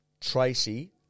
Tracy